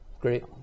Great